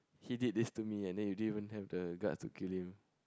he did this to me and then you don't even have the guts to kill him